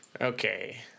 Okay